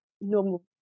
normal